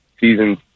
season